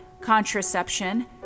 contraception